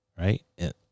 Right